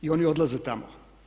I oni odlaze tamo.